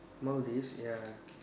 nowadays ya